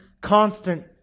constant